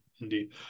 indeed